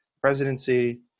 presidency